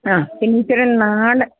ആ പിന്നെ ഇച്ചിരെ നാടൻ